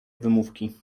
wymówki